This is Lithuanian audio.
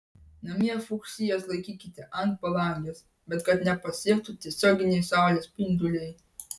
namie fuksijas laikykite ant palangės bet kad nepasiektų tiesioginiai saulės spinduliai